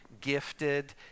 gifted